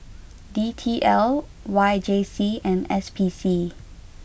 D T L Y J C and S P C